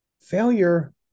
failure